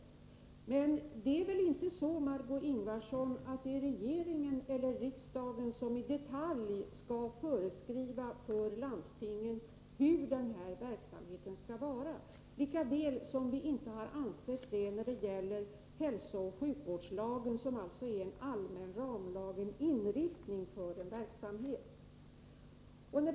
ö Men det är väl inte så, Margö Ingvardsson, att regeringen eller riksdagen i detalj skall föreskriva för landstingen hur den här verksamheten skall utformas, lika litet som vi har ansett att så skall vara fallet när det gäller hälso och sjukvårdslagen, som är en allmän ramlag, där en inriktning för en verksamhet anges.